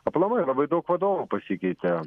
aplamai labai daug vadovų pasikeitė